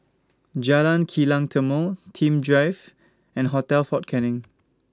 Jalan Kilang Timor Nim Drive and Hotel Fort Canning